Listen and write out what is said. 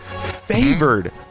Favored